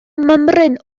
mymryn